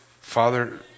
Father